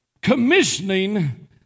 commissioning